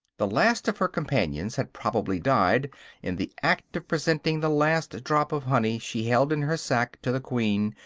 the last of her companions had probably died in the act of presenting the last drop of honey she held in her sac to the queen,